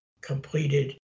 completed